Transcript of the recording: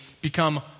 become